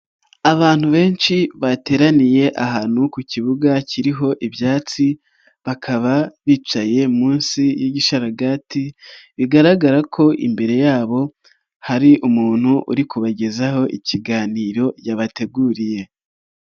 Abantu benshi bateraniye ahantu ku kibuga kiriho ibyatsi bakaba bicaye munsi y'igisharagati, bigaragara ko imbere yabo hari umuntu uri kubagezaho ikiganiro yabateguriye.